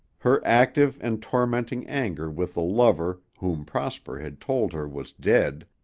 her active and tormenting anger with the lover whom prosper had told her was dead,